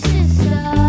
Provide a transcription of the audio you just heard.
Sister